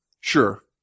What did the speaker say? sure